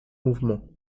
mouvement